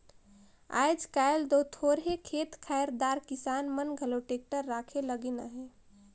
आएज काएल दो थोरहे खेत खाएर दार किसान मन घलो टेक्टर राखे लगिन अहे